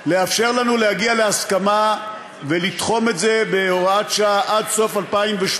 לאפשר לנו להגיע להסכמה ולתחום את זה בהוראת שעה עד סוף 2018,